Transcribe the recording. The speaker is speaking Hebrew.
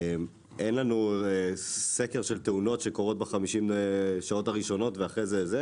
אין לנו סקר של תאונות שקורות ב-50 השעות הראשונות ואחרי זה וכולי.